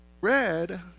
red